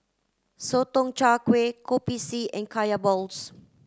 Sotong Char Kway Kopi C and Kaya Born's